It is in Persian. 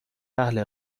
اهل